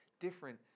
Different